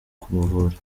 kumuvura